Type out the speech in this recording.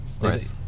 Right